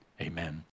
Amen